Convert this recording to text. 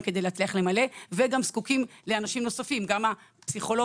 כדי להצליח למלא; והם גם זקוקים לאנשים נוספים גם הפסיכולוג